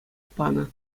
панӑ